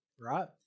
right